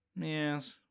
Yes